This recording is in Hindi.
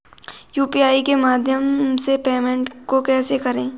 यू.पी.आई के माध्यम से पेमेंट को कैसे करें?